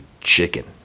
chicken